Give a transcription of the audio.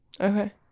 Okay